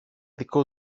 δικό